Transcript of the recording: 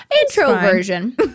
introversion